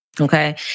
Okay